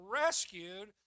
rescued